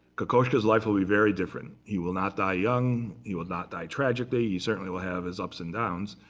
kokoschka's life will be very different. he will not die young. he will not die tragically. he certainly will have his ups and downs,